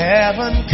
Heaven